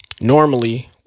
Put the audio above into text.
Normally